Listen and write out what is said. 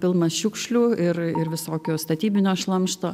pilnas šiukšlių ir ir visokio statybinio šlamšto